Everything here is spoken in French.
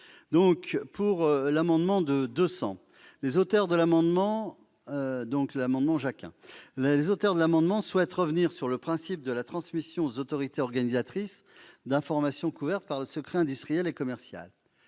un équilibre. Les auteurs de l'amendement n° 200 souhaitent revenir sur le principe de la transmission aux autorités organisatrices d'informations couvertes par le secret industriel et commercial.